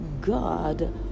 God